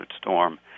Storm